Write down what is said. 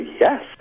yes